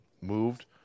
moved